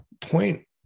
point